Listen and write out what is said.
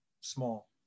small